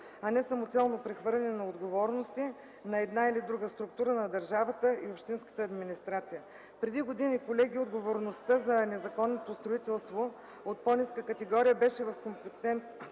а не самоцелно прехвърляне на отговорности на една или друга структура на държавата и общинската администрация. Колеги, преди години отговорността за незаконното строителство от по-ниска категория беше в компетентността